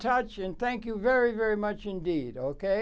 touch and thank you very very much indeed ok